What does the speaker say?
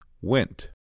Went